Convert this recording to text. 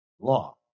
law